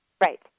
Right